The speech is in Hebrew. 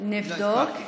נבדוק.